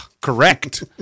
correct